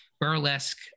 burlesque